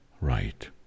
right